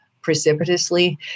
precipitously